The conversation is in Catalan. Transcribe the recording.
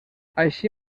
així